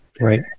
right